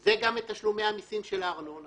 זה גם את תשלומי המסים של הארנונה.